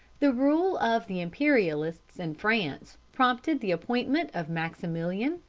the rule of the imperialists in france prompted the appointment of maximilian,